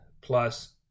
plus